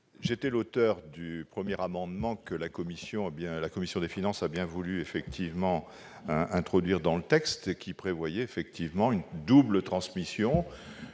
J'étais l'auteur du premier amendement que la commission a bien voulu introduire dans le texte. Il prévoyait une double transmission.